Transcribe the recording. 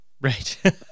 Right